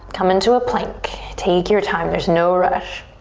come into a plank. take your time, there's no rush.